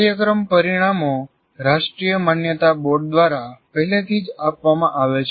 કાર્યક્રમ પરિણામો રાષ્ટ્રીય માન્યતા બોર્ડ દ્વારા પહેલેથી જ આપવામાં આવે છે